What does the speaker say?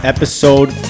Episode